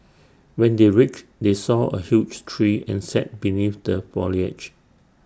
when they reached they saw A huge tree and sat beneath the foliage